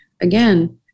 again